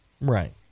Right